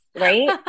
right